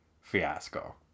fiasco